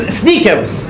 sneakers